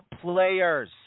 players